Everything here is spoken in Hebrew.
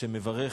שמברך